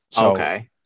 Okay